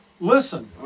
listen